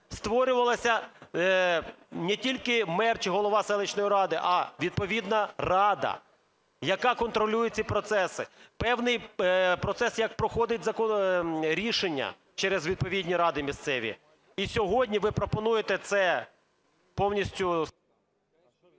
створювалися не тільки мер чи голова селищної ради, а відповідна рада, яка контролює ці процеси. Певний процес, як проходить рішення через відповідні ради місцеві. І сьогодні ви пропонуєте це повністю…